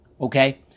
okay